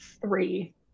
Three